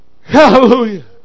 hallelujah